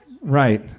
Right